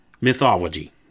mythology